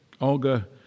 Olga